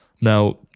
Now